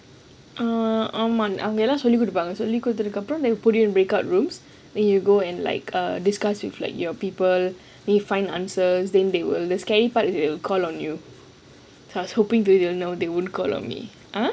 ah ஆமா எல்லாம் சொல்லி குடுப்பாங்க:aamaa ellam solli kudupaanga then put you in break out rooms then you go and like err discuss with like your people you find answers then they will the scary part is they will call on you so I was they won't call me ah